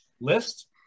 list